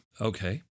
Okay